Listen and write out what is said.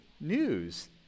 news